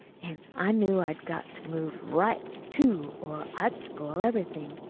an' i knew i'd got to move right, too, or i'd spoil everything.